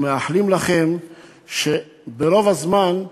אנחנו מאחלים לכם שברוב הזמן,